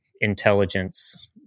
intelligence